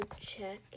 check